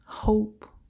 hope